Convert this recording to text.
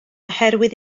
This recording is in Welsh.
oherwydd